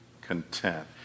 content